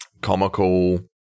comical-